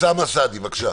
אוסאמה סעדי, בבקשה.